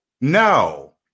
No